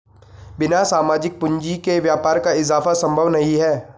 बिना सामाजिक पूंजी के व्यापार का इजाफा संभव नहीं है